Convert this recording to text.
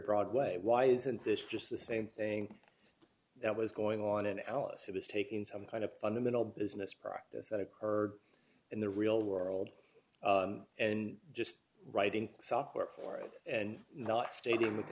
broad way why isn't this just the same thing that was going on in alice who was taking some kind of fundamental business practice that occurred in the real world and just writing software for it and not stadium with